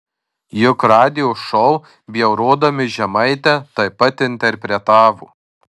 juk radijo šou bjaurodami žemaitę taip pat interpretavo